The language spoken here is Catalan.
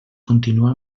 continuà